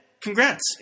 Congrats